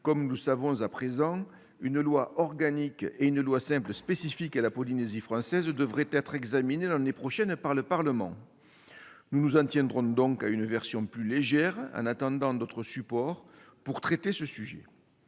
comme nous le savons à présent, une loi organique et une loi ordinaire spécifiques à la Polynésie française devraient être examinées l'année prochaine par le Parlement. Nous nous en tiendrons donc à une version plus légère, en attendant d'autres véhicules pour traiter ce sujet.